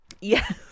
Yes